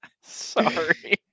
Sorry